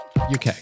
UK